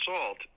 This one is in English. assault